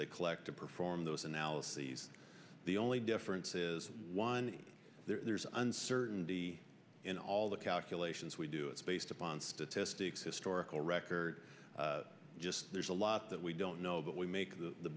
they collect to perform those analyses the only difference is one there's uncertainty in all the calculations we do it's based upon statistics historical record there's a lot that we don't know but we make the